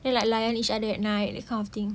then like layan each other at night that kind of thing